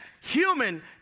human